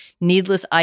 needless